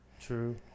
True